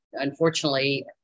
Unfortunately